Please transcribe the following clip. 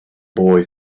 boy